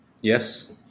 Yes